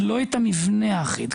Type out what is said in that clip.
ולא את המבנה האחיד,